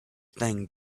thing